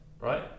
right